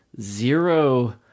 zero